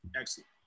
excellent